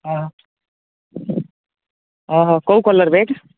ହଁ କୋଉ colour bag